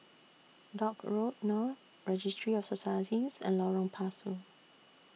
Dock Road North Registry of Societies and Lorong Pasu